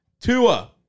Tua